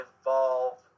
Evolve